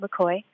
McCoy